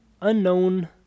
unknown